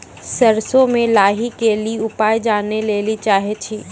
सरसों मे लाही के ली उपाय जाने लैली चाहे छी?